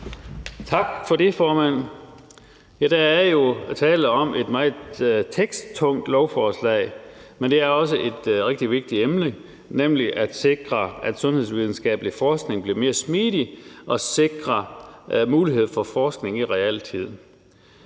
Tak for det, formand. Der er jo tale om et meget teksttungt lovforslag, men det er også et rigtig vigtigt emne, nemlig at sikre, at sundhedsvidenskabelig forskning bliver mere smidig og at sikre mulighed for forskning i realtid.